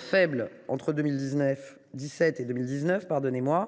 faible entre 2017 et 2019, cette